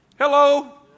Hello